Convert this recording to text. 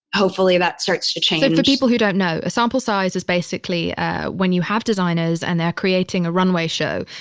hopefully that starts to change so and for people who don't know, a sample size is basically when you have designers and they're creating a runway show,